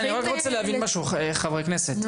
להבין משהו חברי הכנסת.